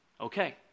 okay